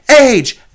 Age